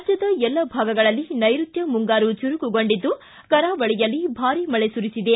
ರಾಜ್ಯದ ಎಲ್ಲ ಭಾಗಗಳಲ್ಲಿ ನೈಋತ್ತ ಮುಂಗಾರು ಚುರುಕುಗೊಂಡಿದ್ದು ಕರಾವಳಿಯಲ್ಲಿ ಭಾರಿ ಮಳೆ ಸುರಿಸಿದೆ